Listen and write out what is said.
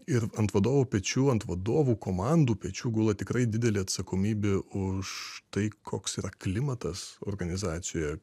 ir ant vadovų pečių ant vadovų komandų pečių gula tikrai didelė atsakomybė už tai koks yra klimatas organizacijoje